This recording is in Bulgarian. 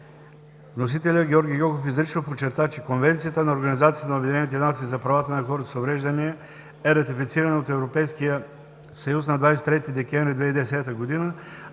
Вносителят Георги Гьоков изрично подчерта, че Конвенцията на Организацията на обединените нации за правата на хората с увреждания е ратифицирана от Европейския съюз на 23 декември 2010 г.,